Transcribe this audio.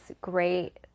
great